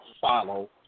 follow